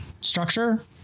structure